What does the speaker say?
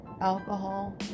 Alcohol